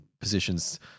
positions